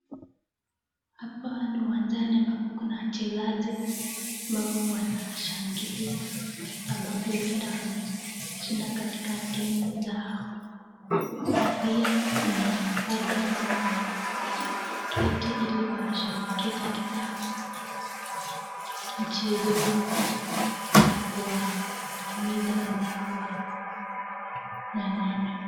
Hapa ni uwanjani ambapo kuna wachezaji ambao wanashangilia kwa sababu huenda wameshinda katika timu zao na pia kuna wale ambao wameketi ili wawashabikie katika mchezo wao na kuwahimiza wenzao wang'ang'ane.